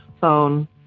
phone